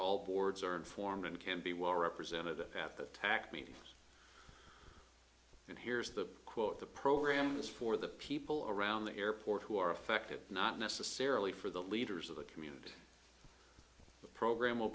all boards are informed and can be well represented half attacked me and here's the quote the program is for the people around the airport who are affected not necessarily for the leaders of the community the program will